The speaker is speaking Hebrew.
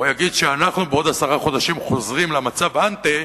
או יגיד שאנחנו בעוד עשרה חודשים חוזרים למצב "אנטה",